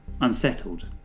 unsettled